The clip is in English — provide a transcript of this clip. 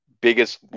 biggest